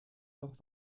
noch